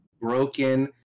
broken